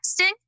texting